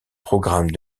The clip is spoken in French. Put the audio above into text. programme